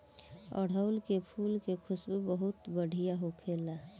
अढ़ऊल के फुल के खुशबू बहुत बढ़िया होखेला